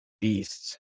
beasts